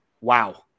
Wow